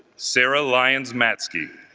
sarah lyons matzkey